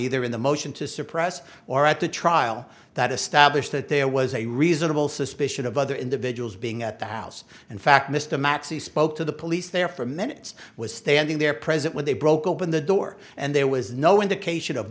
either in the motion to suppress or at the trial that establish that there was a reasonable suspicion of other individuals being at the house in fact mr macksey spoke to the police there for minutes was standing there present when they broke open the door and there was no indication of